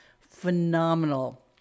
phenomenal